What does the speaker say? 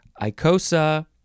icosa